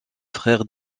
frères